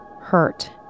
hurt